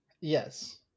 Yes